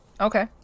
Okay